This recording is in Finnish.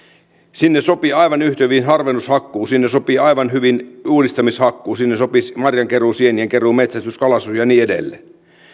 sinne sopii aivan yhtä hyvin harvennushakkuu sinne sopii aivan hyvin uudistamishakkuu sinne sopii marjankeruu sienien keruu metsästys kalastus ja niin edelleen